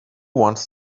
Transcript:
wants